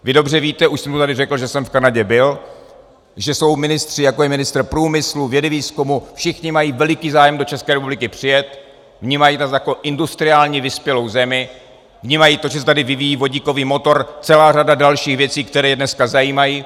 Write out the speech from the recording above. Vy dobře víte, už jsem to tady řekl, že jsem v Kanadě byl, že jsou ministři, jako je ministr průmyslu, vědy, výzkumu, všichni mají veliký zájem do České republiky přijet, vnímají nás jako industriální vyspělou zemi, vnímají to, že se tady vyvíjí vodíkový motor a celá řada dalších věcí, které je dneska zajímají.